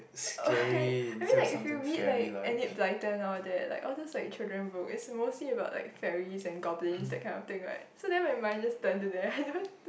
why I mean like if you read like Elliott-Bolton all that like all those like children book is mostly about like ferries and goblins that kind of thing what so then my mind just turn to that